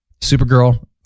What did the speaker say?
Supergirl